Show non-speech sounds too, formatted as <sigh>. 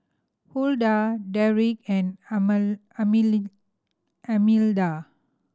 Hulda Derrick and <unintelligible> Almeda